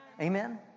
Amen